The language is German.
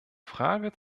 frage